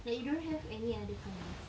like you don't have any other colours